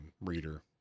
reader